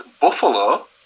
Buffalo